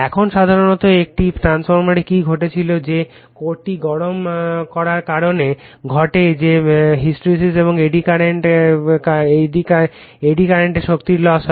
এখন সাধারণত একটি ট্রান্সফরমারে কী ঘটেছিল যে কোরটি গরম করার কারণে ঘটে যে হিস্টেরেসিস এবং এডি কারেন্টের কারণে শক্তির লস হয়